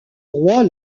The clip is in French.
roi